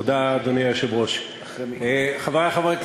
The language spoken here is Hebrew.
אדוני היושב-ראש, תודה, חברי חברי הכנסת,